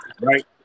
right